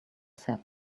set